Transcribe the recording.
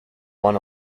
won